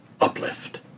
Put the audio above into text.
Uplift